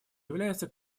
является